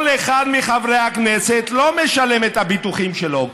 כל אחד מחברי הכנסת לא משלם את הביטוחים שלו.